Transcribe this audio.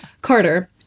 carter